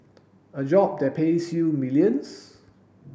a job that pays you millions